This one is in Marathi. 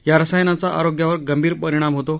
या रसायनांचा आरोग्यावर गंभीर परिणाम होतो